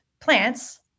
plants